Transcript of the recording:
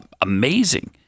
amazing